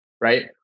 right